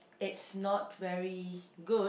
it's not very good